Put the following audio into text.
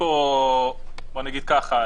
בוא נאמר ככה,